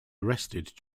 arrested